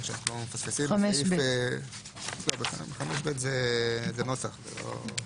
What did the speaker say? בסעיף 7 לגבי פיסקה (2)